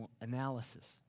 analysis